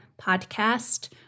podcast